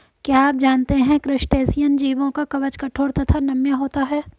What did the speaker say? क्या आप जानते है क्रस्टेशियन जीवों का कवच कठोर तथा नम्य होता है?